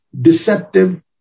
deceptive